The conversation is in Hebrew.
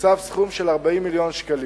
תוקצב סכום של 40 מיליון שקלים.